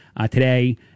today